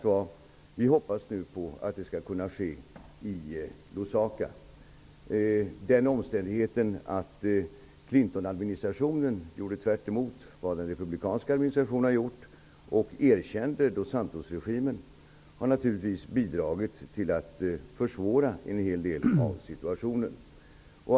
Vi hoppas nu på att det skall kunna ske i Den omständigheten att Clintonadministrationen gjorde tvärtemot vad den republikanska administrationen hade gjort och erkände Dos Santosregimen har naturligtvis bidragit till att försvåra situationen.